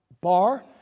bar